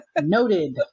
Noted